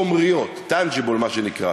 חומריות, tangible, מה שנקרא: